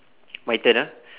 my turn ah